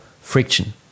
friction